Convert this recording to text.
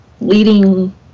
leading